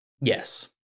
Yes